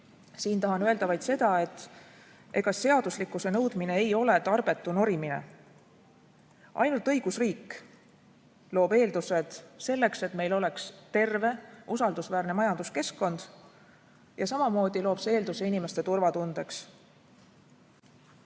Siin tahan öelda vaid seda, et ega seaduslikkuse nõudmine ei ole tarbetu norimine. Ainult õigusriik loob eeldused selleks, et meil oleks terve, usaldusväärne majanduskeskkond, ja samamoodi loob see eelduse inimeste turvatundeks. Kui